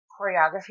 choreography